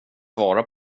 svara